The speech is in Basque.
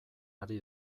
ari